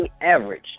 average